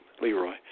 Leroy